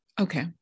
okay